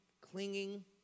clinging